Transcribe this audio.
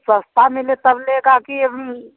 सस्ता मिले तब लेगा कि हम